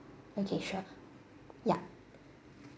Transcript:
okay sure ya